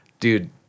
Dude